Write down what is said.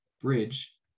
bridge